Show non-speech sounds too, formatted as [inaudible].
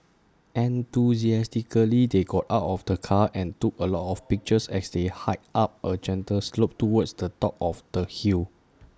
enthusiastically they got out of the car and took A lot [noise] of pictures as they hiked up A gentle slope towards the top of the hill